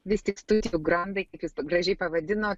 vis tik studijų grandai kaip jūs gražiai pavadinot